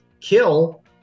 kill